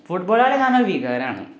football കളിയെന്ന് പറഞ്ഞാൽ ഒരു വികാരമാണ്